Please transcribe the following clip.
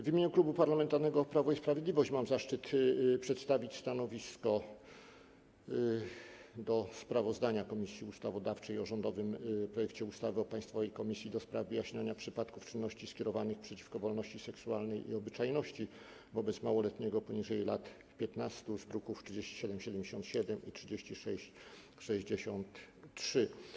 W imieniu Klubu Parlamentarnego Prawo i Sprawiedliwość mam zaszczyt przedstawić stanowisko w sprawie sprawozdania Komisji Ustawodawczej o rządowym projekcie ustawy o Państwowej Komisji do spraw wyjaśniania przypadków czynności skierowanych przeciwko wolności seksualnej i obyczajności wobec małoletniego poniżej lat 15, druki nr 3777 i 3663.